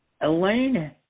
Elaine